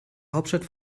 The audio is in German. hauptstadt